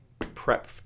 Prep